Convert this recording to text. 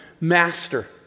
master